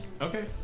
Okay